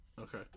Okay